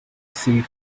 save